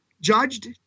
judged